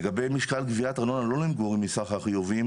לגבי משקל גביית ארנונה לא למגורים מסך החיובים,